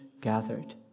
gathered